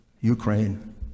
Ukraine